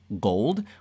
gold